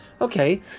Okay